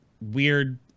weird